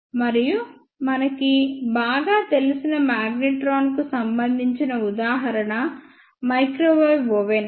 మరియు మనకి బాగా తెలిసిన మాగ్నెట్రాన్కు సంబంధించిన ఉదాహరణ మైక్రోవేవ్ ఓవెన్